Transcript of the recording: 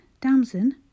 Damson